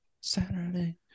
Saturday